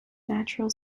natural